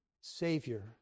Savior